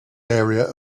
area